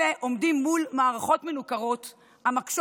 אלה עומדים מול מערכות מנוכרות המקשות